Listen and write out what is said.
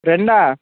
రెండా